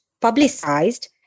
publicized